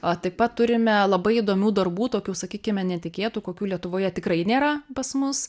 o taip pat turime labai įdomių darbų tokių sakykime netikėtų kokių lietuvoje tikrai nėra pas mus